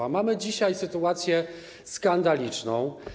A mamy dzisiaj sytuację skandaliczną.